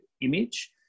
image